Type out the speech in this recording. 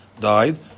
died